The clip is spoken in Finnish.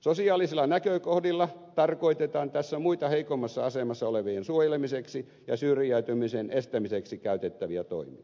sosiaalisilla näkökohdilla tarkoitetaan tässä muita heikommassa asemassa olevien suojelemiseksi ja syrjäytymisen estämiseksi käytettäviä toimia